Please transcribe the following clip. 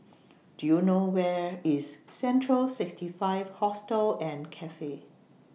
Do YOU know Where IS Central SixtyFive Hostel and Cafe